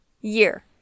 year